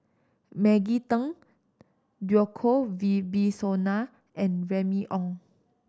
Maggie Teng Djoko Wibisono and Remy Ong